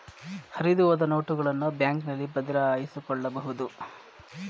ಹರಿದುಹೋದ ನೋಟುಗಳನ್ನು ಬ್ಯಾಂಕ್ನಲ್ಲಿ ಬದಲಾಯಿಸಿಕೊಳ್ಳಬಹುದು